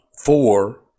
four